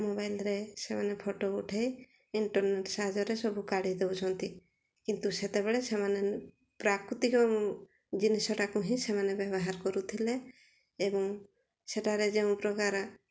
ମୋବାଇଲ୍ରେ ସେମାନେ ଫଟୋ ଉଠାଇ ଇଣ୍ଟର୍ନେଟ୍ ସାହାଯ୍ୟରେ ସବୁ କାଢ଼ି ଦେଉଛନ୍ତି କିନ୍ତୁ ସେତେବେଳେ ସେମାନେ ପ୍ରାକୃତିକ ଜିନିଷଟାକୁ ହିଁ ସେମାନେ ବ୍ୟବହାର କରୁଥିଲେ ଏବଂ ସେଠାରେ ଯେଉଁ ପ୍ରକାର